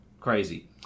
Crazy